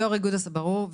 ברור.